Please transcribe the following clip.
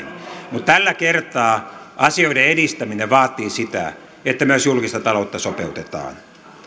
mutta tällä kertaa asioiden edistäminen vaatii sitä että myös julkista taloutta sopeutetaan